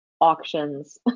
auctions